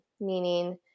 meaning